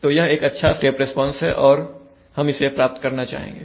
तो यह एक अच्छा स्टेप रिस्पॉन्स है और हम इसे प्राप्त करना चाहेंगे